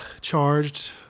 charged